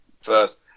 first